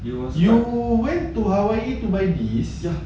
you went to hawaii to buy these